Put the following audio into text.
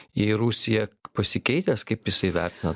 į rusiją pasikeitęs kaip jisai vertina